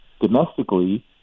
Domestically